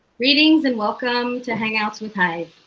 greetings and welcome to hangouts with hive.